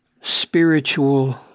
spiritual